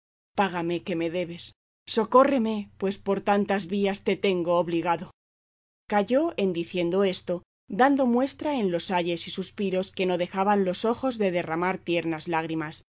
págame que me debes socórreme pues por tantas vías te tengo obligado calló en diciendo esto dando muestra en los ayes y suspiros que no dejaban los ojos de derramar tiernas lágrimas